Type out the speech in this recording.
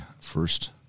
first